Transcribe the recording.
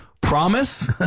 Promise